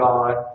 God